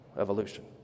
evolution